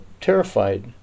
terrified